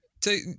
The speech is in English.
take